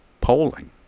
polling